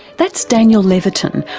that's daniel levitin,